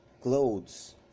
clothes